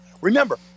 Remember